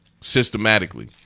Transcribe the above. Systematically